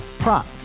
Prop